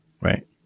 right